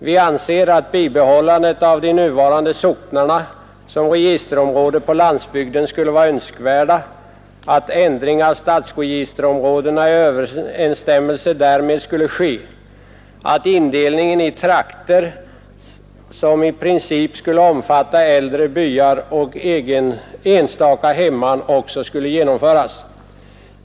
Vi anser att ett bibehållande av de nuvarande socknarna som registerområden på landsbygden skulle vara önskvärt, att ändring av stadsregisterområdena i överensstämmelse därmed skulle ske och att indelning i ”trakter” som i princip skulle omfatta äldre byar och enstaka hemman skulle genomföras.